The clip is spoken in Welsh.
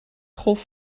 hoff